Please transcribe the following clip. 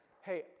hey